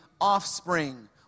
offspring